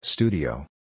Studio